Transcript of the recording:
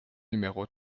numéro